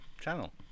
channel